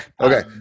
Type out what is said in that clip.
okay